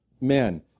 men